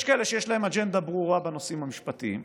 יש כאלה שיש להם אג'נדה ברורה בנושאים המשפטיים,